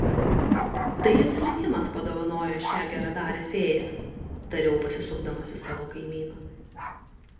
tai jums likimas padovanojo šią geradarę fėją tariau pasisukdamas į savo kaimyną